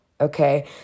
Okay